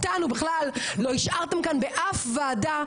אותנו בכלל לא השארתם כאן באף ועדה,